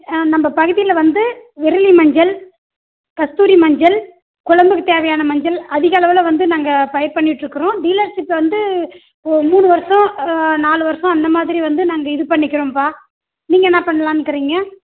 நம்ம பகுதி வந்து விரலி மஞ்சள் கஸ்தூரி மஞ்சள் குழம்புக்குத் தேவையான மஞ்சள் அதிகளவில் வந்து நாங்கள் பயிர் பண்ணிட்டு இருக்கோம் டீலர்சிப் வந்து ஒரு மூணு வருஷம் நாலு வருஷம் அந்தமாதிரி வந்து இது பண்ணிக்கிறோம்பா நீங்கள் என்ன பண்ணலான்னு இருக்கிறீங்க